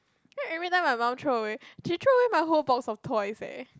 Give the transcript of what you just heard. then every time my mum throw away she throw away my whole box of toys leh